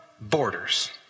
borders